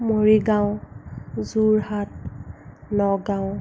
Morigaon Jorhat Nagaon